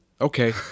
Okay